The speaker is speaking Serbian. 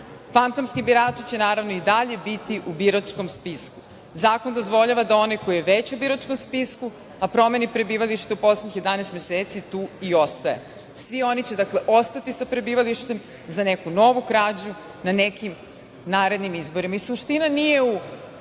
zemlju. Fantomski birači će naravno i dalje biti u biračkom spisku. Zakon dozvoljava da onaj koji je već u biračkom spisku, a promeni prebivalište u poslednjih 11 meseci tu i ostane. Svi oni će ostati sa prebivalištem za neku novu krađu na nekim narednim izborima. Suština